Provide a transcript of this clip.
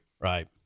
Right